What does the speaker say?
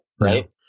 Right